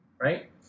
right